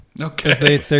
Okay